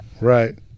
Right